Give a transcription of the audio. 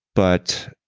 but,